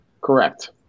Correct